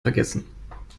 vergessen